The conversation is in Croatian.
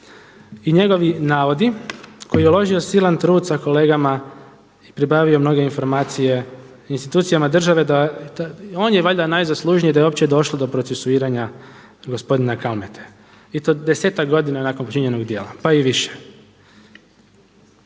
I njegovi navodi u koje je uložio silan trud sa kolegama i pribavio mnoge informacije institucijama države da – on je valjda najzaslužniji da je uopće i došlo do precesuiranja gospodina Kalmete i to 10-tak godina nakon počinjenog djela, pa i više.